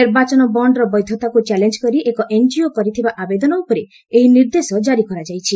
ନିର୍ବାଚନ ବଣ୍ଡର ବୈଧତାକୁ ଚ୍ୟାଲେଞ୍ଜ କରି ଏକ ଏନ୍ଜିଓ କରିଥିବା ଆବେଦନ ଉପରେ ଏହି ନିର୍ଦ୍ଦେଶ ଜାରି କରାଯାଇଛି